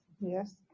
Yes